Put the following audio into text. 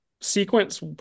sequence